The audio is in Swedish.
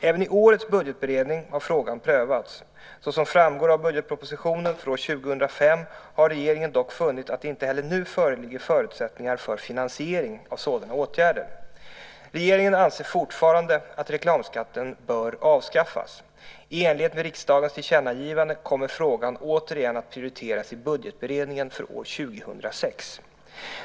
Även i årets budgetberedning har frågan prövats. Såsom framgår av budgetpropositionen för år 2005 har regeringen dock funnit att det inte heller nu föreligger förutsättningar för finansiering av sådana åtgärder. Regeringen anser fortfarande att reklamskatten bör avskaffas. I enlighet med riksdagens tillkännagivande kommer frågan återigen att prioriteras i budgetberedningen för år 2006.